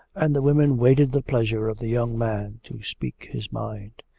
and the women waited the pleasure of the young man to speak his mind.